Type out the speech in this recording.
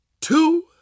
two